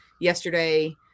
yesterday